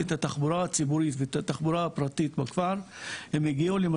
את התחבורה הציבורית ואת התחבורה הפרטית בעין אל-אסד,